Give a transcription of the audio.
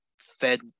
fed